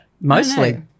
Mostly